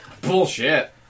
Bullshit